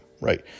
right